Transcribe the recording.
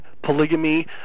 polygamy